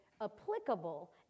applicable